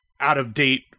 out-of-date